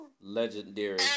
legendary